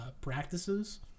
practices